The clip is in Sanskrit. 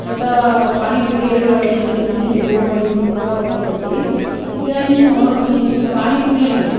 तत पानिपुरी अपि आवश्यकम् इति दूरवाणीं कृत्वा उक्तवती इदानीं किञ्चित् पानिपुरीं